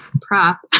prop